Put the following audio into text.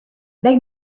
they